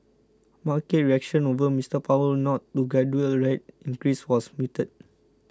market reaction over Mister Powell's nod to gradual rate increases was muted